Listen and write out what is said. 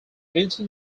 inter